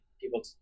people